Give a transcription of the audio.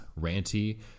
ranty